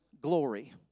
glory